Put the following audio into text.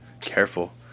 Careful